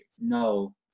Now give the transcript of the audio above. No